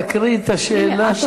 נא להקריא את השאלה.